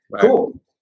cool